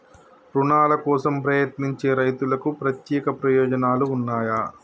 రుణాల కోసం ప్రయత్నించే రైతులకు ప్రత్యేక ప్రయోజనాలు ఉన్నయా?